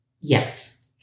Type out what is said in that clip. Yes